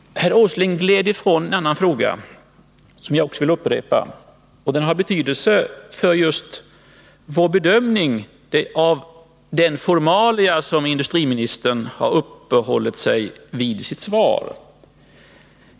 Herr Åsling gled ifrån också en annan viktig fråga.